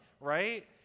right